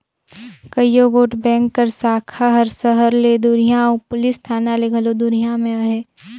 कइयो गोट बेंक कर साखा हर सहर ले दुरिहां अउ पुलिस थाना ले घलो दुरिहां में अहे